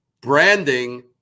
branding